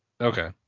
Okay